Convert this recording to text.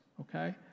Okay